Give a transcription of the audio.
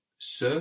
Ce